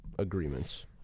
Agreements